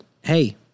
hey